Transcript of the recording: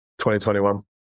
2021